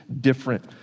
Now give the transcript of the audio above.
different